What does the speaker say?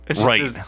Right